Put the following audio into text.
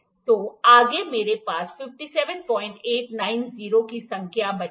तो आगे मेरे पास 57890 की संख्या बची है